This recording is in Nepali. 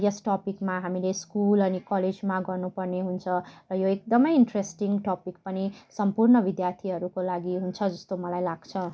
यस टपिकमा हामीले स्कुल अनि कलेजमा गर्नु पर्ने हुन्छ र यो एकदमै इन्ट्रेस्टिङ टपिक पनि सम्पूर्ण बिध्यार्थीहरूको लागि हुन्छ जस्तो मलाई लाग्छ